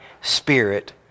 spirit